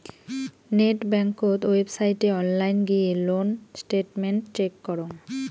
net বেংকত ওয়েবসাইটে online গিয়ে লোন স্টেটমেন্ট চেক করং